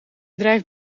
drijft